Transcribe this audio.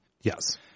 Yes